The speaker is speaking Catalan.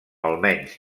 almenys